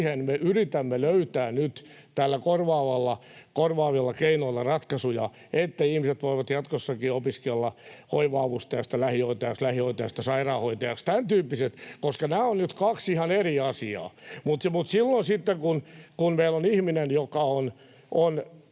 siihen me yritämme löytää nyt näillä korvaavilla keinoilla ratkaisuja, että ihmiset voivat jatkossakin opiskella hoiva-avustajasta lähihoitajaksi, lähihoitajasta sairaanhoitajaksi, tämäntyyppiset, koska nämä ovat nyt kaksi ihan eri asiaa. Mutta silloin sitten, kun meillä on ihminen, joka on